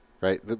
right